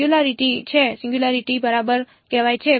singularity નિષ્કર્ષણ બરાબર કહેવાય છે